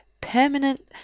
permanent